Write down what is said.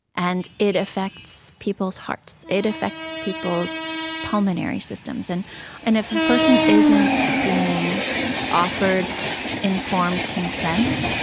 and it affects people's hearts, it affects people's pulmonary systems. and and if a person isn't being offered informed consent,